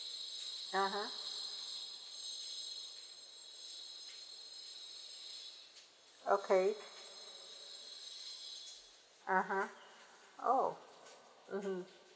(uh huh) okay (uh huh) oh mmhmm